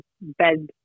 bed